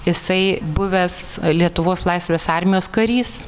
jisai buvęs lietuvos laisvės armijos karys